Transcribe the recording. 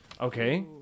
Okay